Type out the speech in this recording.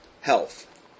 health